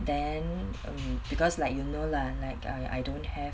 then mm because like you know lah like I I don't have